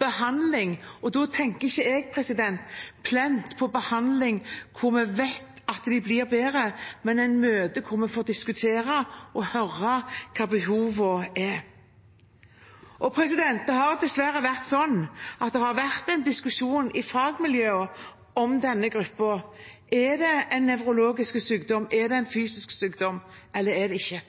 behandling – og da tenker jeg ikke bare på behandling der vi vet at de blir bedre, men der en kommer for å diskutere og høre hva behovene er. Det har dessverre vært slik at det har vært en diskusjon i fagmiljøene om denne gruppen. Er det en nevrologisk sykdom? Er det en fysisk sykdom, eller er det ikke?